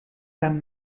gran